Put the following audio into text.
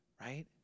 Right